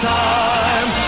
time